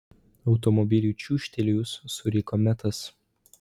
automobiliui čiūžtelėjus suriko metas